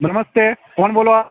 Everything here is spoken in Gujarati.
નમસ્તે કોણ બોલો